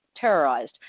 terrorized